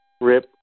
Rip